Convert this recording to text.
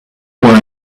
were